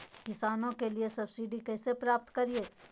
किसानों के लिए सब्सिडी कैसे प्राप्त करिये?